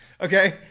Okay